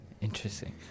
interesting